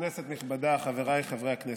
כנסת נכבדה, חבריי חברי הכנסת,